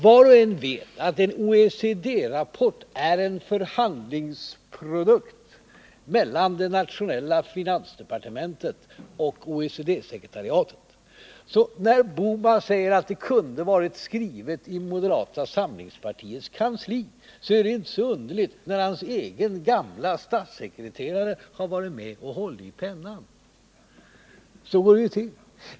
Var och en vet att en OECD-rapport är en förhandlingsprodukt mellan det nationella finansdepartementet och OECD-sekretariatet. När herr Bohman säger, att OECD:s rapport kunde ha varit skriven av moderata samlingspartiets kansli är det inte så underligt — hans egen gamle statssekreterare har ju varit med och hållit i pennan. Så går det ju till.